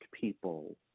people